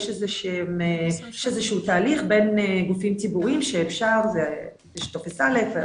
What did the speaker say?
יש איזה שהוא תהליך בין גופים ציבוריים שאפשר ויש טופס א'.